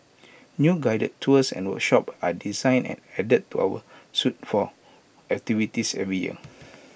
new guided tours and workshops are designed and added to our suite of activities every year